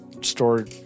store